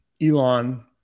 Elon